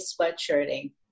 sweatshirting